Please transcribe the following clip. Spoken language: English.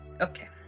Okay